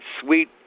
sweet